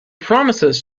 promises